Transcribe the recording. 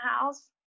house